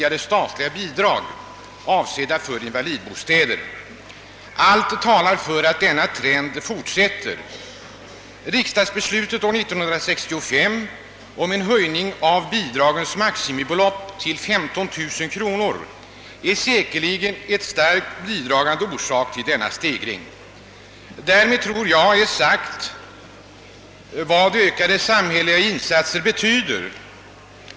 Allt talar för att denna trend fortsätter. Riksdagsbeslutet år 1965 om en höjning av bidragens maximibelopp till 15 000 kronor är säkerligen en starkt bidragande orsak till denna stegring. Därmed tror jag är sagt vad ökade samhälleliga insatser betyder.